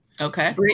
Okay